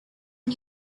new